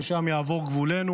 ששם יעבור גבולנו,